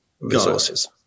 resources